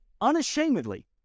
unashamedly